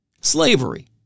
Slavery